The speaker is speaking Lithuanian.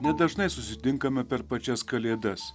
nedažnai susitinkame per pačias kalėdas